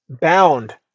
bound